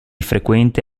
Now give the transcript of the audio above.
frequente